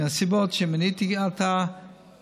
מן הסיבות שמניתי עתה,